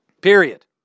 Period